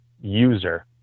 user